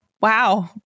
Wow